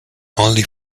only